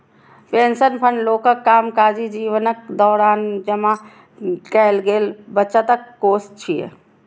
pension fund लोकक कामकाजी जीवनक दौरान जमा कैल गेल बचतक कोष छियै